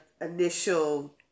initial